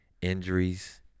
injuries